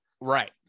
Right